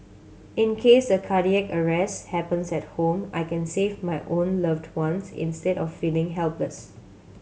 in case a cardiac arrest happens at home I can save my own loved ones instead of feeling helpless